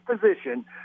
position